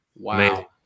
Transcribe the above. Wow